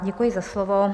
Děkuji za slovo.